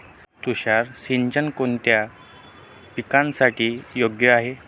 तुषार सिंचन कोणत्या पिकासाठी योग्य आहे?